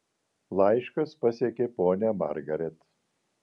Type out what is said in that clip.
laiškas pasiekė ponią margaret